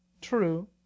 true